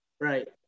Right